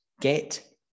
get